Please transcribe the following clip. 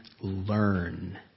learn